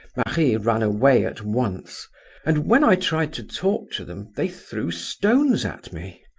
marie ran away at once and when i tried to talk to them, they threw stones at me.